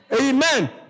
Amen